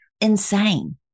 insane